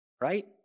right